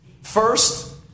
First